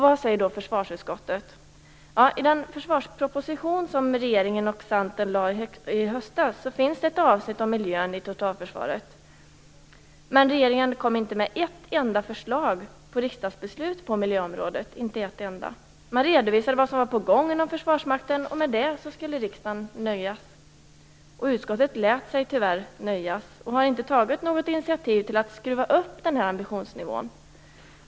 Vad säger då försvarsutskottet? Ja, i den försvarsproposition som regeringen och Centern lade fram i höstas finns det ett avsnitt om miljön i totalförsvaret, men regeringen kom inte med ett enda förslag till riksdagsbeslut på miljöområdet. Man redovisade vad som var på gång inom Försvarsmakten, och med detta skulle riksdagen låta sig nöjas. Utskottet lät sig tyvärr nöjas och har inte tagit något initiativ till att skruva upp ambitionsnivån.